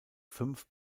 fünf